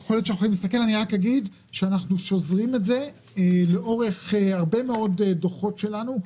אנחנו שוזרים את זה לאורך הרבה מאוד דוחות שלנו.